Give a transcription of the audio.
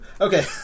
Okay